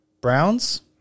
Browns